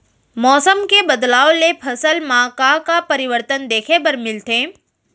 मौसम के बदलाव ले फसल मा का का परिवर्तन देखे बर मिलथे?